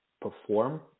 perform